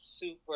super